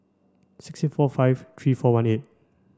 six four five three four one eight